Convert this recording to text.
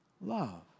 love